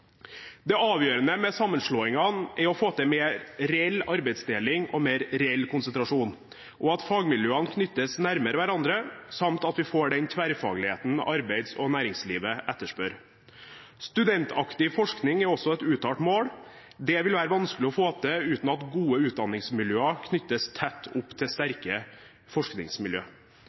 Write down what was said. Det avgjørende med sammenslåingene er å få til mer reell arbeidsdeling og mer reell konsentrasjon og at fagmiljøene knyttes nærmere hverandre, samt at vi får til den tverrfagligheten arbeids- og næringslivet etterspør. Studentaktiv forskning er også et uttalt mål. Det vil være vanskelig å få til uten at gode utdanningsmiljøer knyttes tett opp til